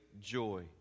joy